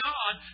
God